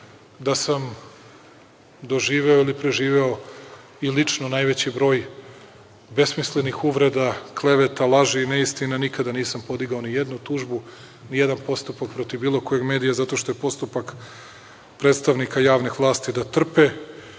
da sam doživeo ili preživeo i lično najveći broj besmislenih uvreda, kleveta, laži, neistine, nikada nisam podigao nijednu tužbu, nijedan postupak protiv bilo kog medija zato što je postupak predstavnika javne vlasti da trpe,